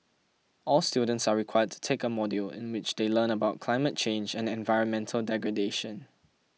all students are required to take a module in which they learn about climate change and environmental degradation